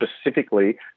specifically